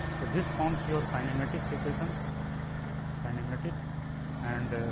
so, this forms your kinematics equation kinematics and